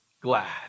glad